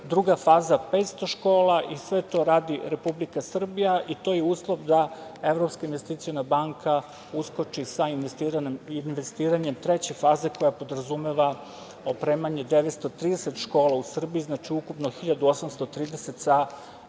druga faza 500 škola i sve to radi Republika Srbija i to je uslov da Evropska investiciona banka uskoči sa investiranjem treće faze koja podrazumeva opremanje 930 škola u Srbiji, znači ukupno 1830